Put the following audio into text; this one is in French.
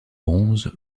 bronze